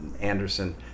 Anderson